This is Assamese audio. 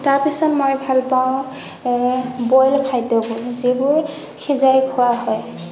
তাৰ পিছত মই ভাল পাওঁ বইল খাদ্যবোৰ যিবোৰ সিজাই খোৱা হয়